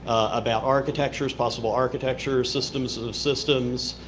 about architectures, possible architectures, systems of systems,